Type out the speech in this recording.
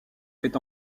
fait